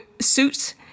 suits